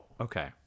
Okay